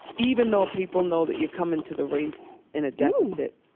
even though people know that you come into the race in a deficit,